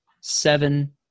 seven